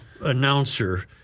announcer